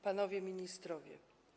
Panowie Ministrowie!